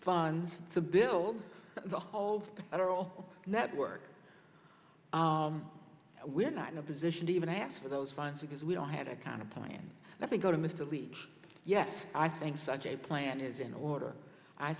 funds to build the whole or all network we're not in a position to even ask for those funds because we don't have a kind of plan that we go to mr leach yes i think such a plan is in order i